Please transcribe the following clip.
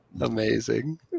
Amazing